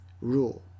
rule